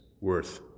worth